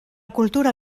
cultura